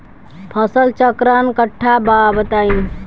फसल चक्रण कट्ठा बा बताई?